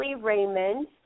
Raymond